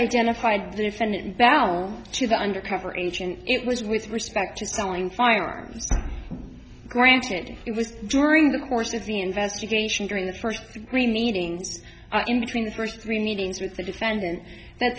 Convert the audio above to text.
identified the defendant now to the undercover agent it was with respect to selling firearms grandstanding it was during the course of the investigation during the first three meetings in between the first three meetings with the defendant that